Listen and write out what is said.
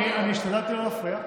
אני השתדלתי לא להפריע.